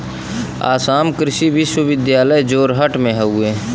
आसाम कृषि विश्वविद्यालय जोरहट में हउवे